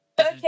Okay